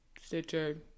Stitcher